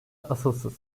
asılsız